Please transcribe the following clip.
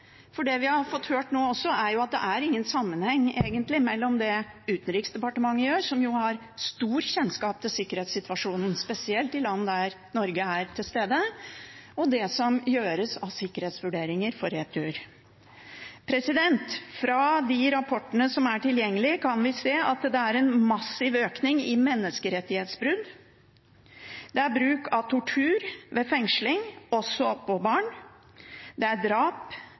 For det vi har fått høre, er at det ikke egentlig er noen sammenheng mellom det Utenriksdepartementet gjør – som jo har stor kjennskap til sikkerhetssituasjonen, spesielt i land der Norge er til stede – og det som gjøres av sikkerhetsvurderinger før retur. Fra de rapportene som er tilgjengelige, kan vi se at det er en massiv økning i menneskerettighetsbrudd. Det er bruk av tortur ved fengsling, også av barn, det er drap,